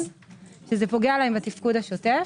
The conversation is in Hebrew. שזה פוגע להם בתפקוד השוטף.